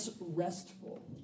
restful